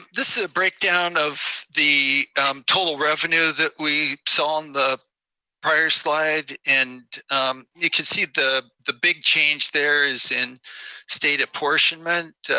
this is breakdown of the total revenue that we saw on the prior slide. and you can see the the big change there is in state apportionment.